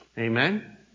Amen